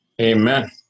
Amen